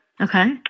Okay